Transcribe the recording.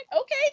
Okay